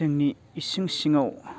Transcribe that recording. जोंनि इसिं सिङाव